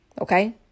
Okay